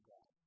God